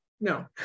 No